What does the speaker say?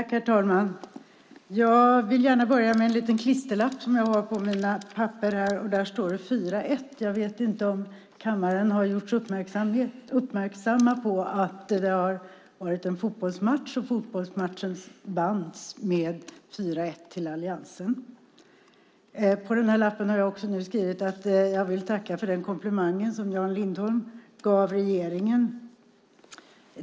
Herr talman! Jag vill gärna börja med att läsa på en liten klisterlapp som jag har på mina papper. Där står det: 4-1. Jag vet inte om kammaren har gjorts uppmärksam på att det har varit en fotbollsmatch. Alliansen vann fotbollsmatchen med 4-1. På den här lappen har jag också skrivit att jag vill tacka för den komplimang som Jan Lindholm gav regeringen.